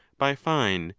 by fine,